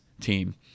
team